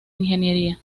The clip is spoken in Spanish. ingeniería